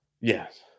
Yes